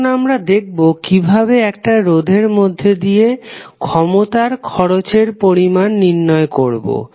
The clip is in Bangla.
এখন আমরা দেখবো কিভাবে একটা রোধের মধ্যে দিয়ে ক্ষমতার খচরের পরিমাণ নির্ণয় করবো